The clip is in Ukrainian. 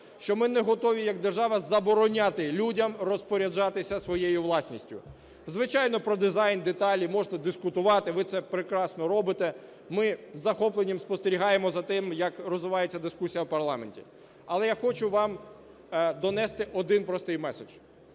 що ми не готові як держава забороняти людям розпоряджатися своєю власністю. Звичайно, про дизайн, деталі можете дискутувати, ви це прекрасно робите. Ми з захопленням спостерігаємо за тим, як розвивається дискусія в парламенті. Але я хочу вам донести один простий меседж: